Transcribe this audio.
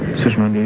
sushma.